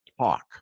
talk